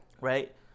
Right